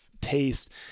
taste